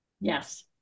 Yes